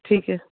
ਠੀਕ ਹੈ